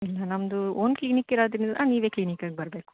ಇಲ್ಲ ನಮ್ಮದು own clinic ಇರೋದರಿಂದ ನೀವೇ ಕ್ಲಿನಿಕಗೆ ಬರಬೇಕು